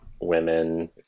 women